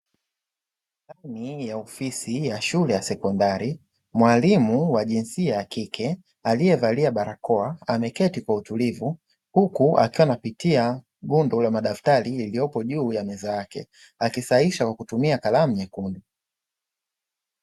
Ndani ya ofisi ya shule ya sekondari, mwalimu wa jinsia ya kike aliyevalia barakoa ameketi kwa utulivu, huku akiwa anapitia rundo la madaftari yalioyopo juu ya meza yake, akisahihisha kwa kutumia kalamu nyekundu.